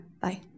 bye